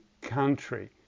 country